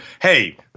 Hey